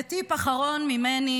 וטיפ אחרון ממני